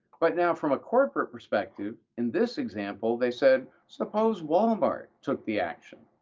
but now from a corporate perspective, in this example, they said, suppose walmart took the action.